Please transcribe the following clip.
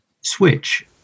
switch